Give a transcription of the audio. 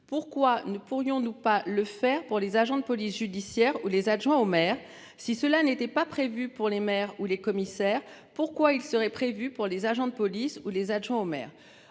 pourquoi ne pourrions-nous pas le faire pour les agents de police judiciaire où les adjoints au maire. Si cela n'était pas prévu pour les mères ou les commissaires pourquoi il serait prévu pour les agents de police où les adjoints au maire.